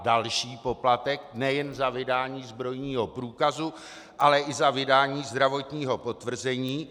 Další poplatek, nejen za vydání zbrojního průkazu, ale i za vydání zdravotního potvrzení.